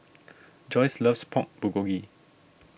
Joyce loves Pork Bulgogi